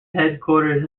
headquarters